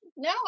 No